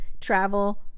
travel